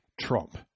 Trump